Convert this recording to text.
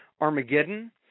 Armageddon